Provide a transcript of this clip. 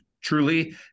truly